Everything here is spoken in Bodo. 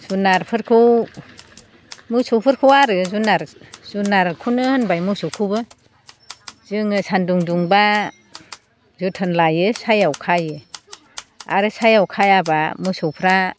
जुनारफोरखौ मोसौफोरखौ आरो जुनार जुनारखौनो होनबाय मोसौखौबो जोङो सानदुं दुंबा जोथोन लायो सायहायाव खायो आरो सायहायाव खायाबा मोसौफ्रा